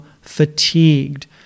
fatigued